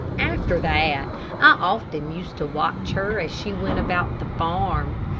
after that i often used to watch her as she went about the farm.